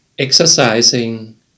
exercising